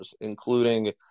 including